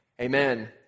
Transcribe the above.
Amen